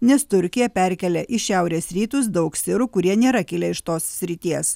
nes turkija perkelia į šiaurės rytus daug sirų kurie nėra kilę iš tos srities